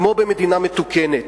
כמו במדינה מתוקנת.